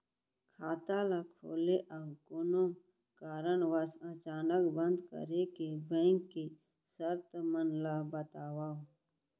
खाता ला खोले अऊ कोनो कारनवश अचानक बंद करे के, बैंक के शर्त मन ला बतावव